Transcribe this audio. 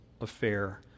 affair